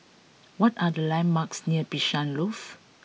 what are the landmarks near Bishan Loft